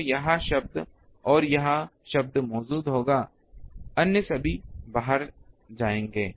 तो यह शब्द और यह शब्द मौजूद होगा अन्य सभी बाहर जाएंगे